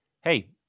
hey